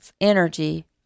energy